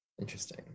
interesting